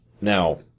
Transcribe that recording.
Now